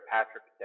Patrick